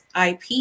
IP